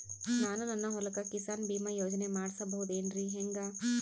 ನಾನು ನನ್ನ ಹೊಲಕ್ಕ ಕಿಸಾನ್ ಬೀಮಾ ಯೋಜನೆ ಮಾಡಸ ಬಹುದೇನರಿ ಹೆಂಗ?